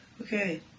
Okay